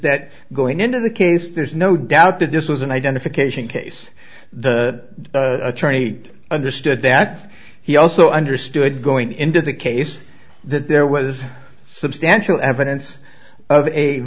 that going into the case there's no doubt to disclose an identification case the attorney understood that he also understood going into the case that there was substantial evidence of a